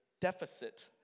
deficit